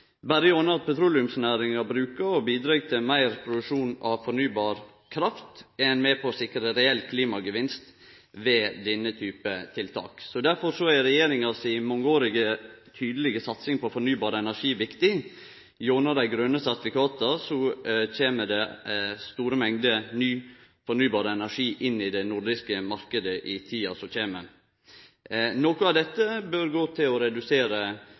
Berre gjennom at petroleumsnæringa brukar og bidreg til meir produksjon av fornybar kraft, er ein med på å sikre reell klimagevinst ved denne typen tiltak. Derfor er regjeringa si mangeårige tydelege satsing på fornybar energi viktig. Gjennom dei grøne sertifikata kjem det store mengder ny fornybar energi inn i den nordiske marknaden i tida som kjem. Noko av dette bør gå til å redusere